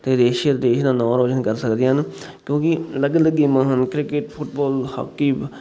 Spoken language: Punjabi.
ਅਤੇ ਰੇਸ਼ੀਅਲ ਦੇਸ਼ ਦਾ ਨਾਂ ਰੋਸ਼ਨ ਕਰ ਸਕਦੇ ਹਨ ਕਿਉਂਕਿ ਅਲੱਗ ਅਲੱਗ ਗੇਮਾਂ ਹਨ ਕ੍ਰਿਕੇਟ ਫੁੱਟਬੋਲ ਹਾਕੀ